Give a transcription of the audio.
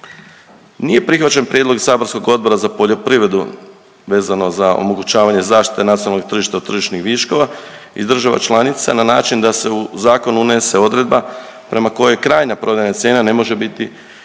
Nije prihvaćen prijedlog saborskog Odbora za poljoprivredu vezano za omogućavanje zaštite nacionalnog i tržišnog, tržišnih viškova iz država članica na način da se u zakon unese odredba prema kojoj krajnja prodajna cijena ne može biti